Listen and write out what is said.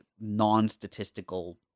non-statistical